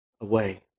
away